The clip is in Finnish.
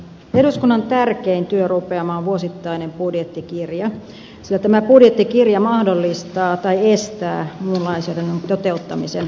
eduskunnan tärkein työrupeama on vuosittainen budjettikirja sillä tämä budjettikirja mahdollistaa tai estää muun lainsäädännön toteuttamisen käytännössä